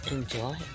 Enjoy